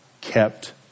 kept